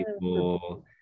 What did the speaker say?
people